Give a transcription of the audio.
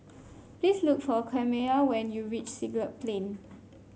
please look for Camilla when you reach Siglap Plain